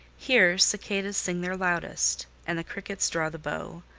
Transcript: here, cicadas sing their loudest, and the crickets draw the bow,